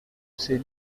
ces